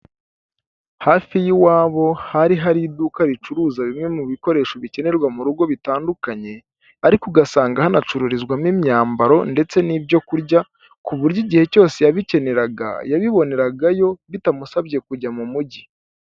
Hafi y'iwabo hari hari iduka ricuruza bimwe mu bikoresho bikenerwa mu rugo bitandukanye, ariko ugasanga hanacururizwamo imyambaro ndetse n'ibyo kurya ku buryo igihe cyose yabikeneraga yabiboneragayo bitamusabye kujya mu mujyi.